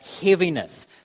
heaviness